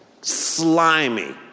slimy